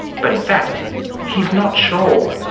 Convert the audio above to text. but in fact he's not sure.